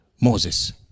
Moses